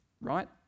right